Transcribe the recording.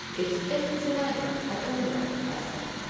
is it the niger or congo i said.